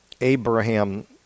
Abraham